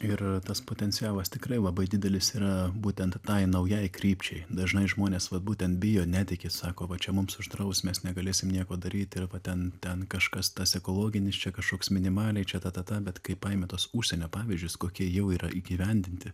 ir tas potencialas tikrai labai didelis yra būtent tai naujai krypčiai dažnai žmonės vat būtent bijo netiki sako va čia mums uždraus mes negalėsim nieko daryt yra va ten ten kažkas tas ekologinis čia kažkoks minimaliai čia ta ta ta bet kai paimi tuos užsienio pavyzdžius kokie jau yra įgyvendinti